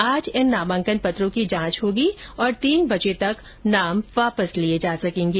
आज नामांकन पत्रों की जांच होगी और तीन बजे तक नाम वापस लिए जा संकेगे